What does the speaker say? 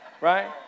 right